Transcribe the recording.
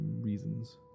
reasons